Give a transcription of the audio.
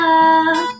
up